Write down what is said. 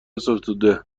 ستوده